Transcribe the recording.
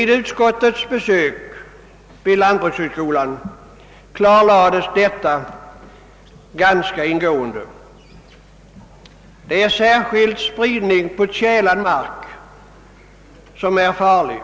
Då utskottets ledamöter besökte lantbrukshögskolan klarlades detta ganska ingående. I synnerhet är spridning på tjälad mark farlig.